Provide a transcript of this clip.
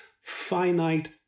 finite